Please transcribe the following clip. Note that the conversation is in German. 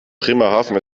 bremerhaven